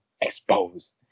exposed